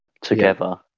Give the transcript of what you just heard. together